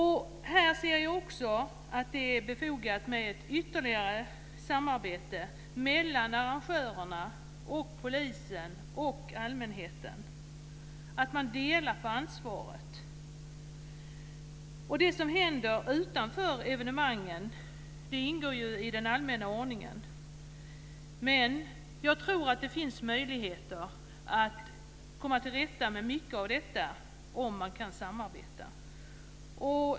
Här ser jag också att det är befogat med ytterligare samarbete mellan arrangörerna, polisen och allmänheten, att man delar på ansvaret. Också det som händer utanför evenemangen ingår i den allmänna ordningen. Jag tror dock att det finns möjligheter att komma till rätta med mycket av detta om man kan samarbeta.